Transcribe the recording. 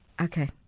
Okay